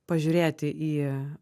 pažiūrėti į